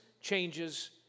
changes